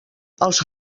els